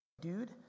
dude